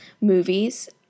movies